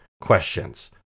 questions